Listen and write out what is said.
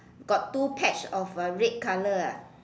got two patch of uh red color ah